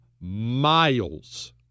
miles